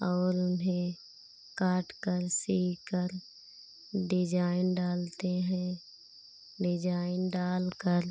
और उन्हें काटकर सीकर डिजाइन डालते हैं डिजाइन डालकर